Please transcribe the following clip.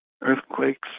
earthquakes